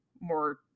more